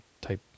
type